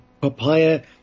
papaya